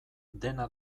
dena